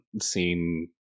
seen